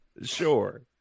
Sure